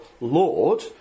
Lord